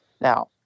Now